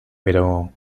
pero